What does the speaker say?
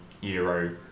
euro